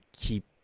keep